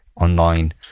online